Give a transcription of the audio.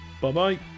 Bye-bye